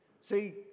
See